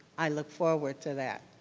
i look forward to that.